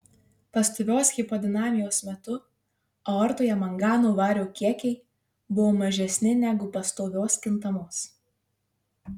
pastovios hipodinamijos metu aortoje mangano vario kiekiai buvo mažesni negu pastovios kintamos